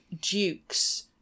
dukes